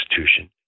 institution